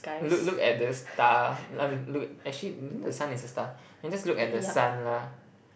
look look at the star li~ mm actually you know the sun is a star can just look at the sun lah